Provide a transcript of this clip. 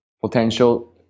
potential